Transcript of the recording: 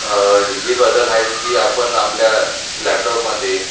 ही जी बदल आहेत की आपण आपल्या लॅपटॉपमध्ये